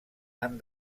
han